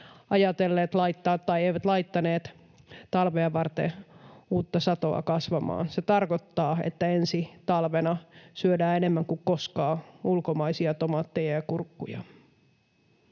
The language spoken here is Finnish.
eivät enää laittaneet talvea varten uutta satoa kasvamaan. Se tarkoittaa, että ensi talvena syödään enemmän kuin koskaan ulkomaisia tomaatteja ja kurkkuja.